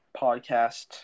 podcast